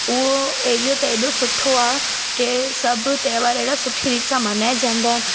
उहो एरियो त हेॾो सुठो आहे की सभु त्योहार हेॾा सुठी रीत सां मल्हाएजंदा अन